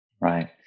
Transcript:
Right